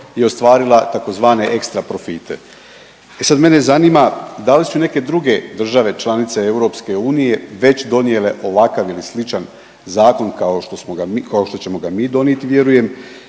je ostvarila tzv. ekstra profite. E sad mene zanima da li su neke druge države članice EU već donijele ovakav ili sličan zakon kao što ćemo ga mi donijeti vjerujem